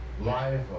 life